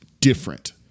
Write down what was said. different